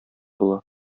була